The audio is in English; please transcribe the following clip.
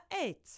eight